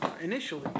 initially